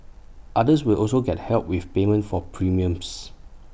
others will also get help with payment for premiums